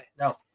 no